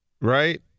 Right